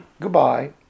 Goodbye